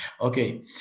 Okay